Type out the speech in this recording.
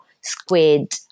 squid